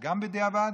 שגם זה בדיעבד,